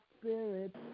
spirit